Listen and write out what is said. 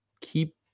keep